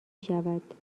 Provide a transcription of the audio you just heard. شود